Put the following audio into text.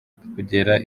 kugera